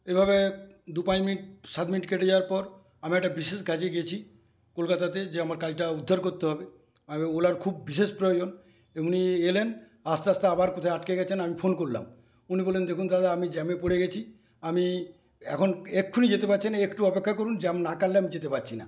এভাবে দু পাঁচ মিনিট সাত মিনিট কেটে যাওয়ার পর আমি একটা বিশেষ কাজে গেছি কলকাতাতে যে আমার কাজটা উদ্ধার করতে হবে আর ওলার খুব বিশেষ প্রয়োজন উনি এলেন আসতে আসতে আবার কোথায় আটকে গেছেন আমি ফোন করলাম উনি বললেন দেখুন দাদা আমি জ্যামে পড়ে গেছি আমি এখন এক্ষুণি যেতে পারছি না একটু অপেক্ষা করুন জ্যাম না কাটলে আমি যেতে পারছি না